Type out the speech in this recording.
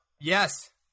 yes